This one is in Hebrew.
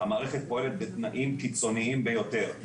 המערכת פועלת בתנאים קיצוניים ביותר.